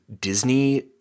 Disney